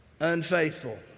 unfaithful